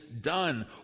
done